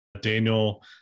Daniel